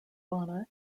fauna